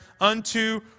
unto